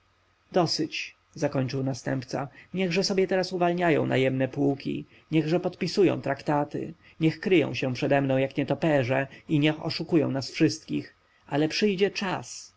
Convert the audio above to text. dosyć zakończył następca niechże sobie teraz uwalniają najemne pułki niech podpisują traktaty niech kryją się przede mną jak nietoperze i niech oszukują nas wszystkich ale przyjdzie czas